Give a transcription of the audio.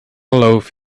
loaf